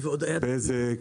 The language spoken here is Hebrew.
בזק,